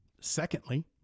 Secondly